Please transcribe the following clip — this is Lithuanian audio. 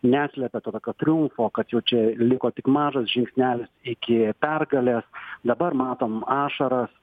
neslepia to tokio triumfo kad jau čia liko tik mažas žingsnelis iki pergalės dabar matom ašaras